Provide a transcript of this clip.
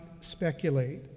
speculate